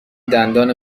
دندان